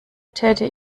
täte